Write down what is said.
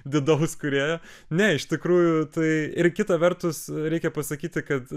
didaus kūrėjo ne iš tikrųjų tai ir kita vertus reikia pasakyti kad